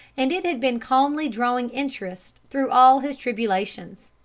and it had been calmly drawing interest through all his tribulations.